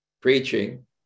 preaching